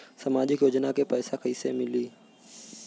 सामाजिक योजना के पैसा कइसे मिली?